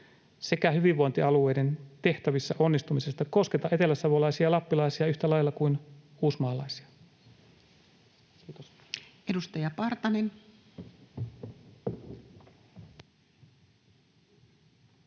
sekä hyvinvointialueiden tehtävissä onnistumisesta kosketa eteläsavolaisia ja lappilaisia yhtä lailla kuin uusmaalaisia? — Kiitos.